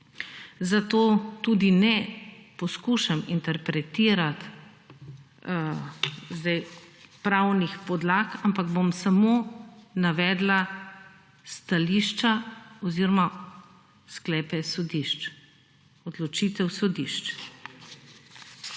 zato tudi ne poskušam interpretirati zdaj pravnih podlag, ampak bom samo navedla stališča oziroma sklepe sodišč, odločitev sodišč.